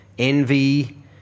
Envy